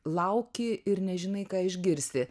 lauki ir nežinai ką išgirsi